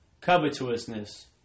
covetousness